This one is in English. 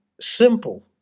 simple